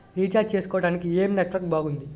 Recharge చేసుకోవటానికి ఏం network బాగుంది?